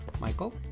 Michael